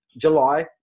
July